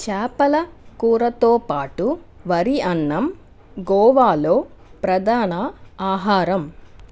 చేపల కూరతో పాటు వరి అన్నం గోవాలో ప్రధాన ఆహారం